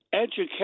education